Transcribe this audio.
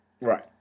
Right